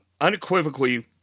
unequivocally